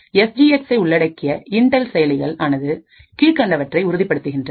S G X ஐ உள்ளடக்கிய Intel செயலிகள் ஆனது கீழ்க்கண்டவற்றை உறுதிப்படுத்துகின்றது